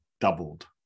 doubled